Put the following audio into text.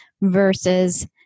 versus